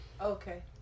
Okay